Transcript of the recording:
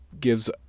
gives